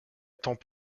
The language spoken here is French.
temps